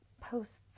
posts